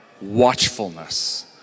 watchfulness